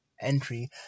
entry